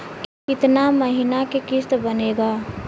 कितना महीना के किस्त बनेगा?